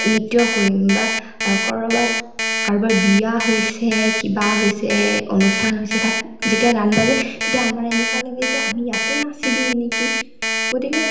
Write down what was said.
নৃত্য় কৰিম বা ক'ৰবাত কাৰোবাৰ বিয়া হৈছে কিবা হৈছে অনুষ্ঠান হৈছে তাত যেতিয়া গান বাজে তেতিয়া আমাৰ এনেকুৱা লাগে যে আমি ইয়াতেই নাচি দিওঁ নেকি গতিকে